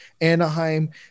Anaheim